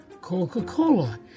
Coca-Cola